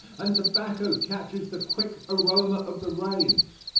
and tobacco catches the quick aroma of the rains.